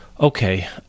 Okay